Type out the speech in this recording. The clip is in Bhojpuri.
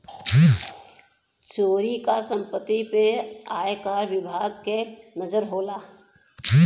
चोरी क सम्पति पे आयकर विभाग के नजर होला